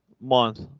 month